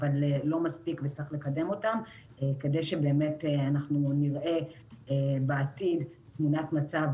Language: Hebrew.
אבל לא מספיק וצריך לקדם אותן כדי שאנחנו נראה בעתיד תמונת מצב